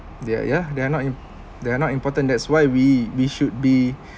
they're yeah they're not im~ they're not important that's why we we should be